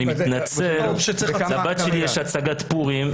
אני מתנצל אבל לבת שלי יש הצגת פורים,